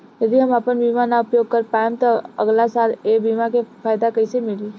यदि हम आपन बीमा ना उपयोग कर पाएम त अगलासाल ए बीमा के फाइदा कइसे मिली?